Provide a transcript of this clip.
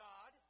God